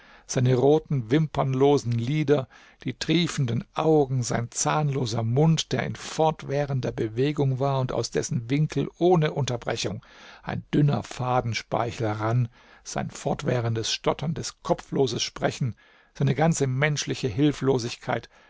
seine roten wimpernlosen lider die triefenden augen sein zahnloser mund der in fortwährender bewegung war und aus dessen winkel ohne unterbrechung ein dünner faden speichel rann sein fortwährendes stotterndes kopfloses sprechen seine ganze menschliche hilflosigkeit